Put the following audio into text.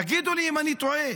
תגידו לי אם אני טועה.